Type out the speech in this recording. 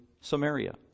Samaria